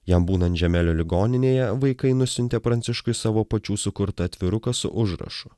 jam būnant žemelio ligoninėje vaikai nusiuntė pranciškui savo pačių sukurtą atviruką su užrašu